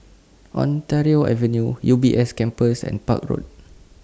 Ontario Avenue U B S Campus and Park Road